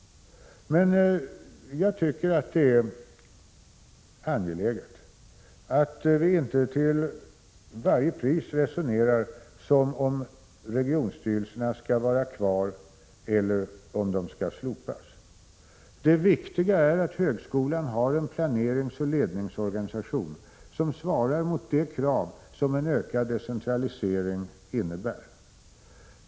Men jag tycker att det är angeläget att vi inte till varje pris resonerar som om regionstyrelserna skall vara kvar eller om de skall slopas. Det viktiga är att högskolan har en planeringsoch ledningsorganisation, som svarar mot de krav som en ökad decentralisering innebär.